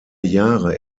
jahre